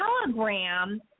telegram